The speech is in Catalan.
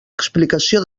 explicació